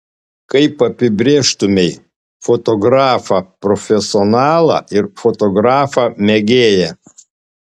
kaip apibrėžtumei fotografą profesionalą ir fotografą mėgėją